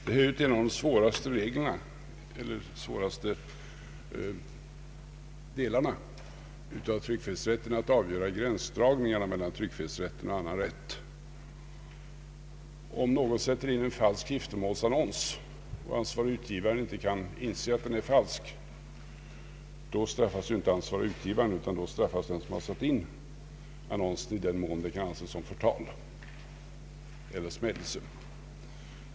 Det är ju en av de svåraste delarna av tryckfrihetsrätten att draga gränser mellan tryckfrihetsrätten och annan rätt. Om någon sätter in en falsk giftermålsannons och ansvarige utgivaren inte kan inse att den är falsk, då straffas inte ansvarige utgivaren utan den som satt in annonsen, i den mån annonsen kan anses som förtal eller smädelse.